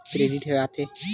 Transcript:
Credit ह का काम आथे?